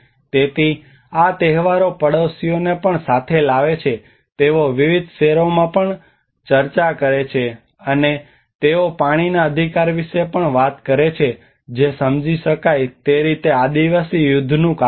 તેથી આ તહેવારો પડોશીઓને પણ સાથે લાવે છે તેઓ વિવિધ શેરોમાં પણ ચર્ચા કરે છે અને તેઓ પાણીના અધિકાર વિશે પણ વાત કરે છે જે સમજી શકાય તે રીતે આદિવાસી યુદ્ધનું કારણ છે